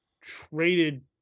traded